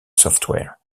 software